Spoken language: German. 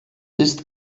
ist